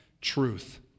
truth